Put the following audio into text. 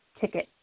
ticket